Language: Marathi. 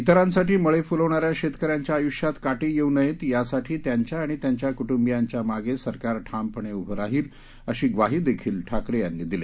इतरांसाठी मळे फुलवणाऱ्या शेतकऱ्यांच्या आयुष्यात काटे येऊ नयेत यासाठी त्यांच्या आणि त्यांच्या कटुंबियांच्या मागे सरकार ठामपणे उभे राहील अशी ग्वाही देखील ठाकरे यांनी दिली